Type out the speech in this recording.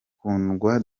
kundwa